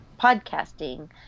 podcasting